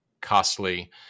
costly